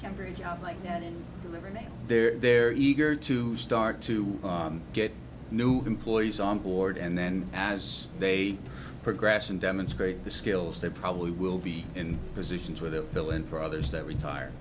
temporary job like that and they're eager to start to get new employees on board and then as they progress and demonstrate the skills they probably will be in positions where they'll fill in for others that retire